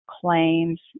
claims